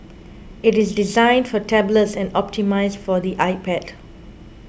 it is designed for tablets and optimised for the iPad